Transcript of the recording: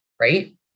right